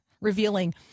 revealing